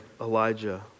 Elijah